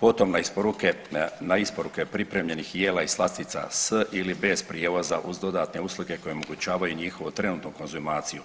potom na isporuke, na isporuke pripremljenih jela i slastica s ili bez prijevoza uz dodatne usluge koje omogućavaju njihovu trenutnu konzumaciju.